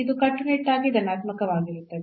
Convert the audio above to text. ಇದು ಕಟ್ಟುನಿಟ್ಟಾಗಿ ಧನಾತ್ಮಕವಾಗಿರುತ್ತದೆ